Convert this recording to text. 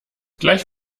gleich